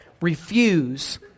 Refuse